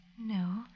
No